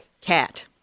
cat